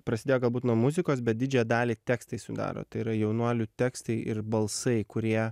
prasidėjo galbūt nuo muzikos bet didžiąją dalį tekstai sudaro tai yra jaunuolių tekstai ir balsai kurie